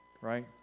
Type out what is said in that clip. right